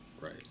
Right